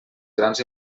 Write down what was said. grans